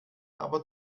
aber